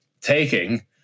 taking